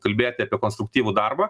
kalbėti apie konstruktyvų darbą